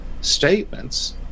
statements